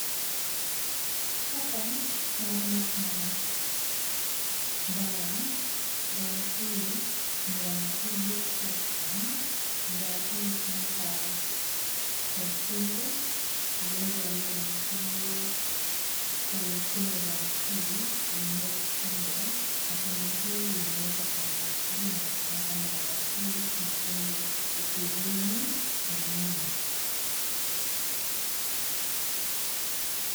Hapa tunaona kwamba kuna dawa. Dawa hii ni ya Ibuprofen. Dawa hii hutumika kwa uchungu. Wagonjwa waliye na uchungu hukunywa dawa hii humeza tembe na tembe hii unaimeza kwa maji na tunaona kwamba dawa hii kuna tembe ishirini na nne.